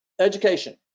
Education